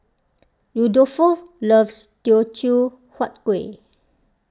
Rudolfo loves Teochew Huat Kuih